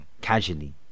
Casually